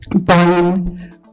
buying